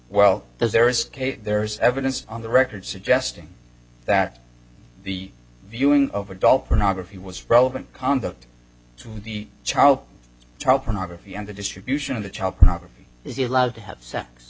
well as their escape there is evidence on the record suggesting that the viewing of adult pornography was relevant conduct to the child child pornography and the distribution of the child pornography is he allowed to have sex